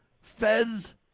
Feds